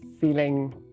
feeling